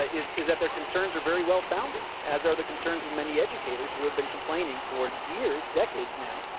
ah is is that their concerns are very well founded, as are the concerns of many ed ucators who have been complaining for years, decades now,